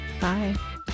Bye